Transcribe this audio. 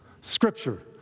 Scripture